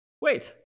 Wait